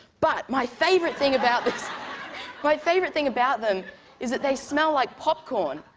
but my favorite thing about this my favorite thing about them is that they smell like popcorn.